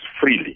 freely